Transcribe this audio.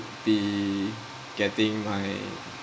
be getting my